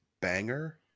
Banger